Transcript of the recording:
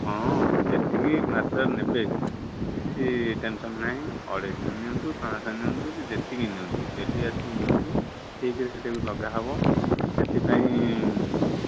ହଁ ଯେତିକି ମାତ୍ରାରେ ନେବେ କିଛି ଟେନ୍ସନ୍ ନାହିଁ ଅଢ଼େଇଶ ନିଅନ୍ତୁ ପାଞ୍ଚ ନିଅନ୍ତୁ କି ଯେତିକି ନିଅନ୍ତୁ ଡେଲି ଆସିକି ନିଅନ୍ତୁ ଠିକ ରେଟ୍ ଲଗା ହେବ ସେଥିପାଇଁ